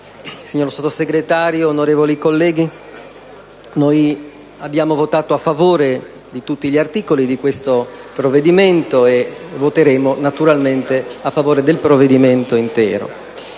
signor Sottosegretario, onorevoli colleghi, abbiamo votato a favore di tutti gli articoli di questo provvedimento e voteremo ovviamente anche a favore del disegno di legge